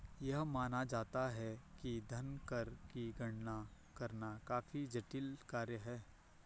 यह माना जाता है कि धन कर की गणना करना काफी जटिल कार्य है